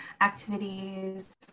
activities